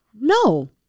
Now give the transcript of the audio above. No